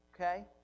Okay